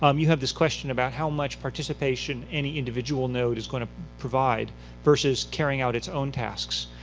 um you have this question about how much participation any individual node is going to provide versus carrying out its own tasks.